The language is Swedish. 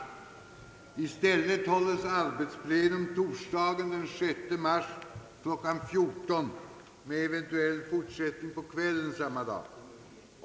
I stället hålles arbetsplenum torsdagen den 6 mars kl. 14.00 med eventuell fortsättning på kvällen samma dag.